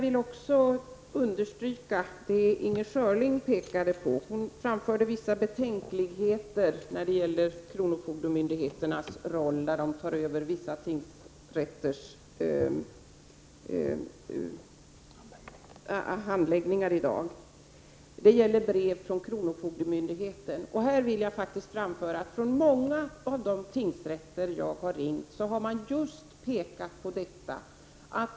Inger Schörling framförde vissa betänkligheter i fråga om kronofogdemyndigheternas roll när de tar över vissa tingsrätters handläggningar — det gäller brev från kronofogdemyndigheten. Jag vill understryka att många av de tingsrätter som jag har varit i kontakt med har pekat på just detta.